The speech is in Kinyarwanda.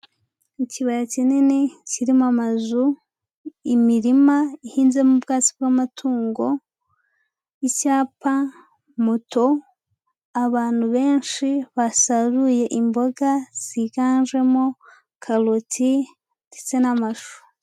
Ikibaya kinini kirimo amazu, imirima ihinzemo ubwatsi bw'amatungo, icyapa, moto, abantu benshi basaruye imboga ziganjemo karoti ndetse n'amashu.